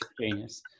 Genius